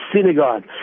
Synagogue